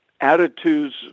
attitudes